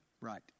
Right